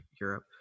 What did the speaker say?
Europe